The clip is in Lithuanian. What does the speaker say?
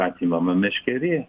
atimama meškerė